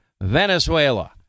Venezuela